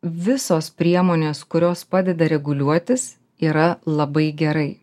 visos priemonės kurios padeda reguliuotis yra labai gerai